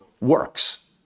works